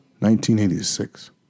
1986